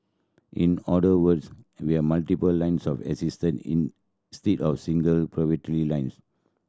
in other words we have multiple lines of assistance instead of single poverty line